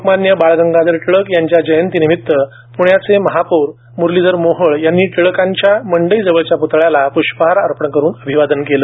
लोकमान्य बाळ गंगाधर टिळक यांच्या जयंतीनिमित पृण्याचे महापौर मुरलीधर मोहोळ यांनी टिळक यांच्या मंडई जवळच्या प्तळ्यास प्ष्पहार अर्पण करून अभिवादन केलं